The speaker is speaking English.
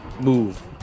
move